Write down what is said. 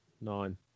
nine